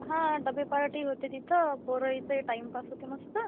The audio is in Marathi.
हां डबे पार्टी होते तिथं पोरं इथं टाइम पास होते मस्त